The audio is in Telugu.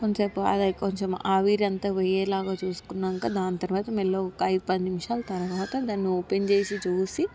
కొంసేపూ ఆగాలి కొంచెం ఆవిరా అంత పోయేలాగా చూసుకున్నాంక దాని తర్వాత మెల్లగా ఒక ఐదు పది నిమిషాలు తర్వాత దాన్ని ఓపెన్ చేసి చూసి